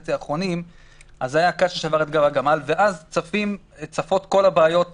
וחצי האחרונים זה היה הקש ששבר את גב הגמל ואז צפו כל הבעיות.